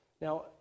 Now